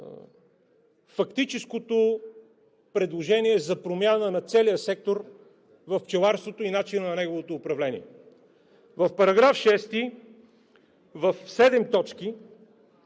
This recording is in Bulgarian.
фактическото предложение за промяна на целия сектор на пчеларството и начина на неговото управление. В § 2, чл. 6 в седем точки